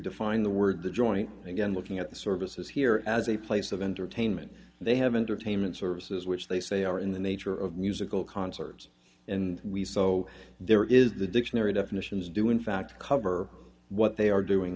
define the word the joint again looking at the services here as a place of entertainment they have intertainment services which they say are in the nature of musical concerts and we so there is the dictionary definitions do in fact cover what they are doing